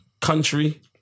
country